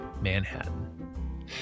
Manhattan